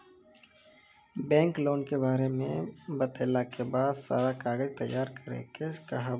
Bank loan के बारे मे बतेला के बाद सारा कागज तैयार करे के कहब?